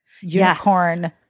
unicorn